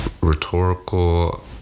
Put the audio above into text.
rhetorical